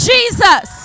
Jesus